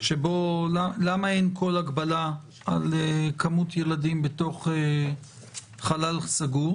למה אין כל הגבלה על כמות ילדים בתוך חלל סגור?